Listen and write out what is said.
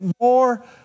more